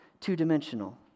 two-dimensional